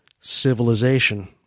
civilization